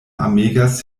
amegas